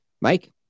Mike